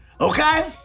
okay